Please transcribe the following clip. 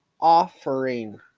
offering